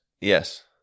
Yes